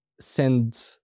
send